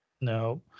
No